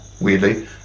weirdly